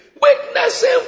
Witnessing